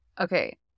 okay